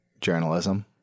journalism